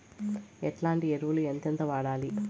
ఎట్లాంటి ఎరువులు ఎంతెంత వాడాలి?